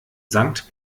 sankt